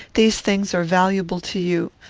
these things are valuable to you,